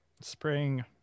Spring